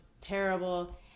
terrible